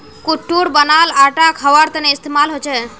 कुट्टूर बनाल आटा खवार तने इस्तेमाल होचे